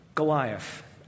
Goliath